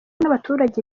n’abaturage